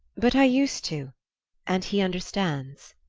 but i used to and he understands.